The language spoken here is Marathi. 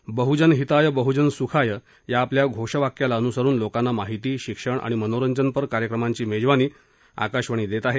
आणि बहुजन हिताय बहुजन सुखाय या आपल्या घोषवाक्याला अनुसरून लोकांना माहिती शिक्षण आणि मनोरंजनपर कार्यक्रमांची मेजवानी देत आहे